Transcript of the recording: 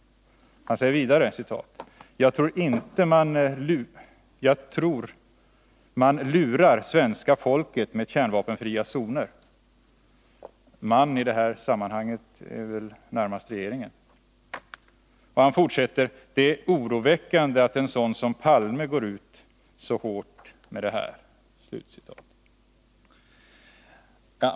Han säger vidare: Jag tror att man lurar svenska folket med kärnvapenfria zoner. ”Man” i det här sammanhanget är väl närmast regeringen. Han fortsätter: Det är oroväckande att en sådan som Palme går ut så hårt med detta.